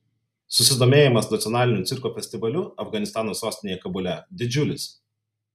susidomėjimas nacionaliniu cirko festivaliu afganistano sostinėje kabule didžiulis